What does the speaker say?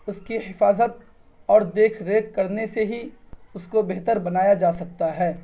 اس کی حفاظت اور دیکھ ریکھ کرنے سے ہی اس کو بہتر بنایا جا سکتا ہے